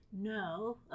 No